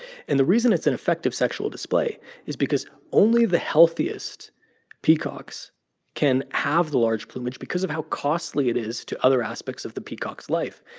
and the reason it's an effective sexual display is because only the healthiest peacocks can have the large plumage because of how costly it is to other aspects of the peacock's life.